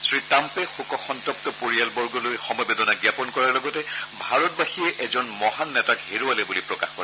শ্ৰীট্টাম্পে শোকসন্তপ্ত পৰিয়াললৈ সমবেদনা জ্ঞাপন কৰাৰ লগতে ভাৰতবাসীয়ে এজন মহান নেতাক হেৰুৱালে বুলি প্ৰকাশ কৰে